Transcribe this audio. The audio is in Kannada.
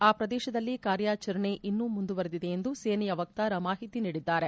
ಆ ಪ್ರದೇಶದಲ್ಲಿ ಕಾರ್ಯಾಚರಣೆ ಇನ್ನೂ ಮುಂದುವರೆದಿದೆ ಎಂದು ಸೇನೆಯ ವಕ್ಕಾರ ಮಾಹಿತಿ ನೀಡಿದ್ದಾರೆ